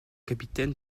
capitaine